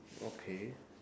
okay